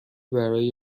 برای